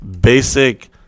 basic